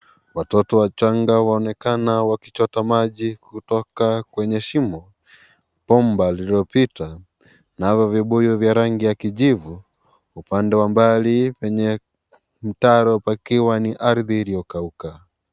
Watoto wachanga waonekana wakichota maji kwenye shimo. Bomba lililopita navyo vibuyu vya rangi ya kijivu. Upande wa mbali penye mtaro pakiwa ni ardhi iliyokauka.